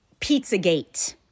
Pizzagate